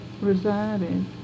resided